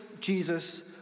Jesus